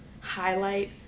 highlight